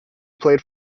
played